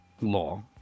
law